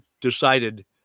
decided